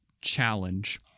challenge